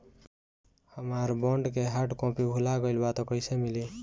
हमार बॉन्ड के hard copy भुला गएलबा त कैसे मिली?